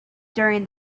during